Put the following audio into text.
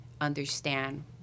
understand